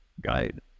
guide